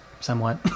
Somewhat